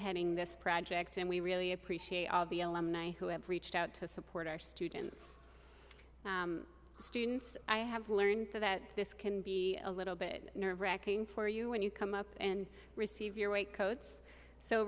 heading this project and we really appreciate all the who have reached out to support our students students i have learned that this can be a little bit nerve racking for you when you come up and receive your weight coats so